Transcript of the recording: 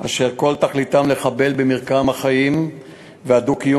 אשר כל תכליתם לחבל במרקם החיים והדו-קיום